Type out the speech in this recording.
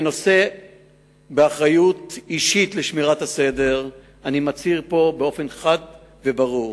כנושא באחריות אישית לשמירת הסדר אני מצהיר פה באופן חד וברור: